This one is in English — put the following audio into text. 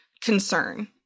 concern